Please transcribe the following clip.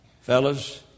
fellas